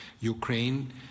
Ukraine